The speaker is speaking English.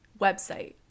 website